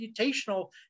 computational